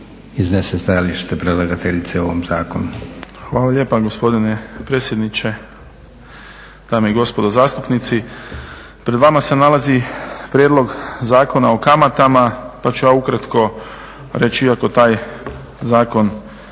iznese stajalište predlagateljice o ovom zakonu.